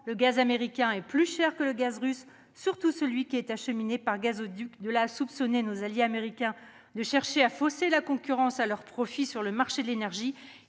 le gaz américain est plus cher que le gaz russe, surtout celui qui est acheminé par gazoduc. De là à soupçonner nos alliés américains de chercher à fausser la concurrence à leur profit sur le marché de l'énergie,